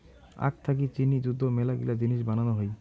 আখ থাকি চিনি যুত মেলাগিলা জিনিস বানানো হই